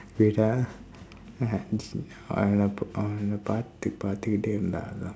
wait ah ya let's see அவ என்னை பார்த்துக்கிட்டே இருந்தா அதான்:ava ennai paarththukkitdee irundthaa athaan